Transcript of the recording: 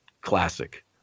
classic